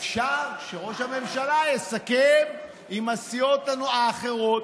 אפשר שראש הממשלה יסכם עם הסיעות האחרות